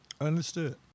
understood